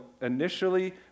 initially